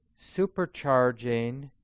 supercharging